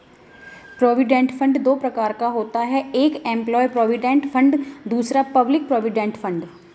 provident fund दो प्रकार का होता है एक एंप्लॉय प्रोविडेंट फंड दूसरा पब्लिक प्रोविडेंट फंड